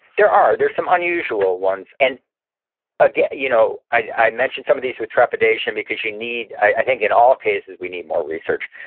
there are, there's some unusual ones. and ah you know i mentioned some of these with trepidation because you need, i think in all cases, we need more research.